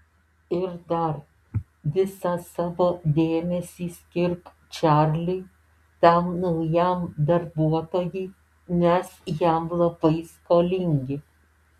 ir dar visą savo dėmesį skirk čarliui tam naujam darbuotojui mes jam labai skolingi